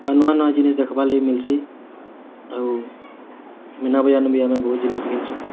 ଆଉ ନୂଆ ନୂଆ ଜିନିଷ୍ ଦେଖବାର୍ ଲାଗି ମିଲ୍ସି ଆଉ ମୀନାବଜାର୍ ବି ଆମେ ବହୁତ୍ ଜିନିଷ୍ ଘିନିସୁଁ